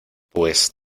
pues